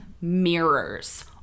mirrors